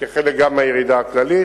כחלק גם מהירידה הכללית,